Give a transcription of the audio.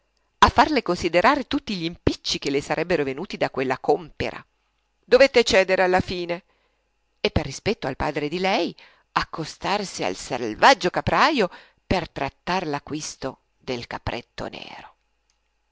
a farle considerare tutti gl'impicci che le sarebbero venuti da quella compera dovette cedere alla fine e per rispetto al padre di lei accostarsi al selvaggio caprajo per trattar l'acquisto del capretto nero